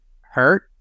hurt